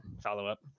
follow-up